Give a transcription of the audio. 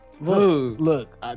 Look